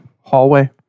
hallway